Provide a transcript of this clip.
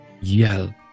yell